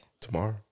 Tomorrow